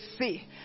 see